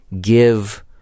give